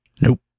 Nope